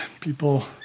people